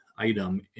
item